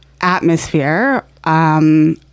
atmosphere